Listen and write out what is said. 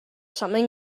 something